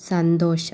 സന്തോഷം